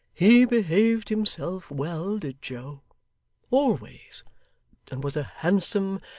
he behaved himself well, did joe always and was a handsome,